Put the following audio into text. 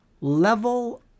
level